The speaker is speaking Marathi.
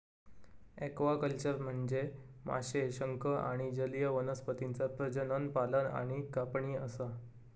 ॲक्वाकल्चर म्हनजे माशे, शंख आणि जलीय वनस्पतींचा प्रजनन, पालन आणि कापणी असा